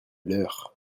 leur